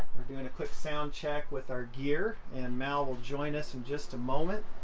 we're doing a quick sound check with our gear and mal will join us in just a moment